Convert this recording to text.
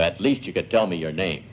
at least you could tell me your name